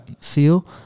feel